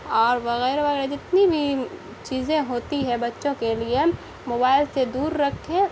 اور وغیرہ وغیرہ جتنی بھی چیزیں ہوتی ہے بچوں کے لیے موبائل سے دور رکھیں